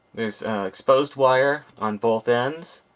there's exposed wire on both ends.